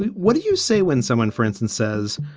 what do you say when someone, for instance, says,